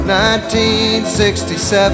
1967